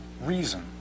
reason